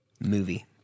movie